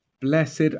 Blessed